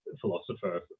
philosopher